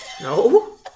No